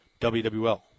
WWL